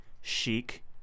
chic